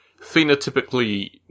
phenotypically